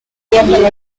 inventario